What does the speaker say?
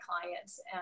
clients